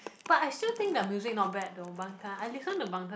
but I still think their music not bad though bangtan I listen to bangtan